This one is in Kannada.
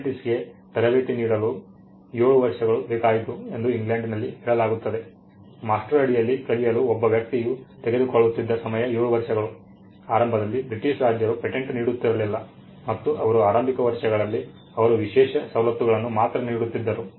ಅಪ್ರೆಂಟಿಸ್ಗೆ ತರಬೇತಿ ನೀಡಲು 7 ವರ್ಷಗಳು ಬೇಕಾಯಿತು ಎಂದು ಇಂಗ್ಲೆಂಡ್ನಲ್ಲಿ ಹೇಳಲಾಗುತ್ತದೆ ಮಾಸ್ಟರ್ ಅಡಿಯಲ್ಲಿ ಕಲಿಯಲು ಒಬ್ಬ ವ್ಯಕ್ತಿಯು ತೆಗೆದುಕೊಳ್ಳುತ್ತಿದ್ದ ಸಮಯ 7 ವರ್ಷಗಳು ಆರಂಭದಲ್ಲಿ ಬ್ರಿಟಿಷ್ ರಾಜರು ಪೇಟೆಂಟ್ ನೀಡುತ್ತಿರಲಿಲ್ಲ ಮತ್ತು ಅವರು ಆರಂಭಿಕ ವರ್ಷಗಳಲ್ಲಿ ಅವರು ವಿಶೇಷ ಸವಲತ್ತುಗಳನ್ನು ಮಾತ್ರ ನೀಡುತ್ತಿದ್ದರು